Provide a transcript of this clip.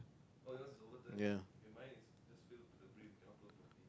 ya